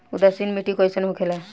उदासीन मिट्टी कईसन होखेला?